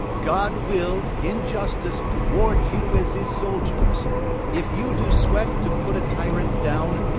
god will, in justice, ward you as his soldiers if you do sweat to put a tyrant down,